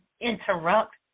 interrupt